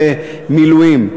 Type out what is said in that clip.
במילואים.